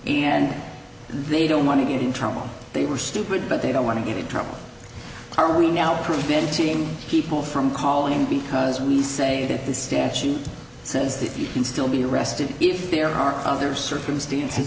and they don't want to get in trouble they were stupid but they don't want to get in trouble are we now preventing people from calling because we say that the statute says that you can still be arrested if there are other circumstances